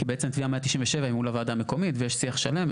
כי בעצם תביעה 197 היא מול הוועדה המקומית ויש שיח שלם.